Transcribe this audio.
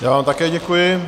Já vám také děkuji.